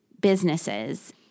businesses